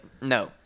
No